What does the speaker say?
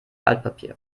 altpapier